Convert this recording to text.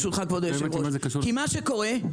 מה קורה?